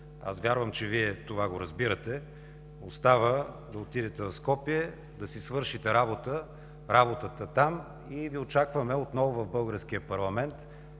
Аз вярвам, че Вие това го разбирате – остава да отидете в Скопие, да си свършите работата там и Ви очакваме отново в българския парламент